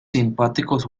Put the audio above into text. simpáticos